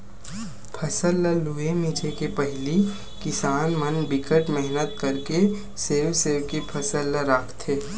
फसल ल लूए मिजे के पहिली किसान मन बिकट मेहनत करके सेव सेव के फसल ल राखथे